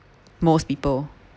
most people